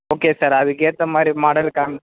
okay sir அதுக்கு ஏற்ற மாதிரி மாடல் காம்